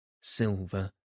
silver